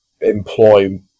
employ